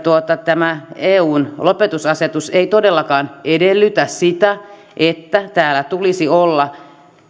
tämä eun lopetusasetus ei todellakaan edellytä sitä että täällä tulisi olla